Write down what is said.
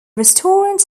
restaurants